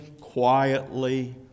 quietly